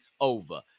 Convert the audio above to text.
over